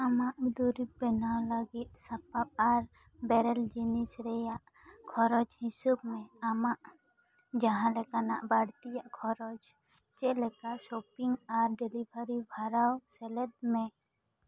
ᱟᱢᱟᱜ ᱫᱩᱨᱤᱵᱽ ᱵᱮᱱᱟᱣ ᱞᱟᱹᱜᱤᱫ ᱥᱟᱯᱟᱯ ᱟᱨ ᱵᱮᱨᱮᱞ ᱡᱤᱱᱤᱥ ᱨᱮᱭᱟᱜ ᱠᱷᱚᱨᱚᱪ ᱦᱤᱥᱟᱹᱵᱽ ᱢᱮ ᱟᱢᱟᱜ ᱡᱟᱦᱟᱸ ᱞᱮᱠᱟᱱᱟᱜ ᱵᱟᱲᱛᱤᱭᱟᱜ ᱠᱷᱚᱨᱚᱪ ᱪᱮᱫᱞᱮᱠᱟ ᱥᱚᱯᱤᱝ ᱟᱨ ᱰᱮᱞᱤᱵᱷᱟᱨᱤ ᱵᱷᱟᱨᱟᱣ ᱥᱮᱞᱮᱫ ᱢᱮ